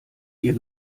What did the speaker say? ihr